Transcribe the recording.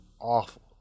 awful